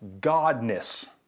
godness